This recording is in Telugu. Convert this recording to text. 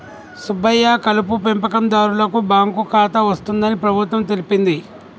సుబ్బయ్య కలుపు పెంపకందారులకు బాంకు ఖాతా వస్తుందని ప్రభుత్వం తెలిపింది